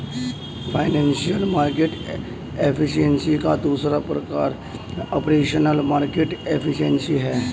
financial market efficiency का दूसरा प्रकार ऑपरेशनल मार्केट एफिशिएंसी है